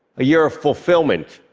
a year of fulfillment,